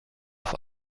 auf